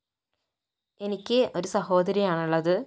എനിക്ക് ഒരു സഹോദരി ആണ് ഉള്ളത്